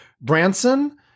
Branson